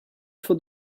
for